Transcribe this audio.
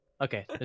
Okay